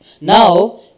Now